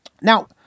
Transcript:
Now